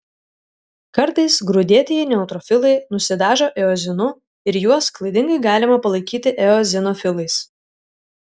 kartais grūdėtieji neutrofilai nusidažo eozinu ir juos klaidingai galima palaikyti eozinofilais